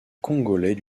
congolais